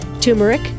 Turmeric